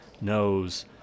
knows